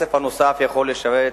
הכסף הנוסף יכול לשרת,